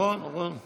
כן, נכון, נכון.